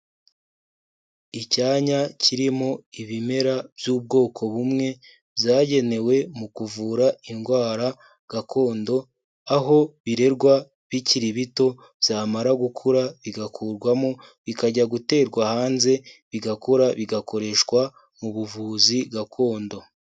Icyanya kirimo ibimera by'ubwoko bumwe byagenewe mu kuvura indwara gakondo, aho birerwa bikiri bito byamara gukura bigakurwamo bikajya guterwa hanze bigakura bigakoreshwa mu buvuzi gakondo.